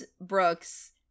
Brooks